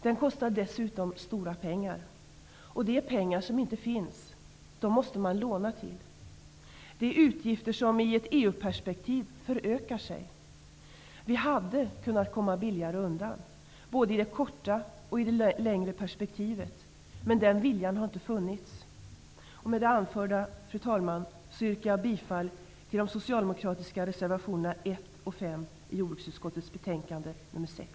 Den kostar dessutom stora pengar. Det är pengar som inte finns. Dem måste man låna till. Det är utgifter som i ett EU-perspektiv förökar sig. Vi hade kunnat komma billigare undan, både i det korta och i det långa perspektivet. Men den viljan har inte funnits. Fru talman! Med det anförda yrkar jag bifall till de socialdemokratiska reservationerna 1 och 5 till jordbruksutskottets betänkande nr 6.